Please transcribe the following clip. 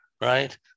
right